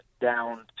down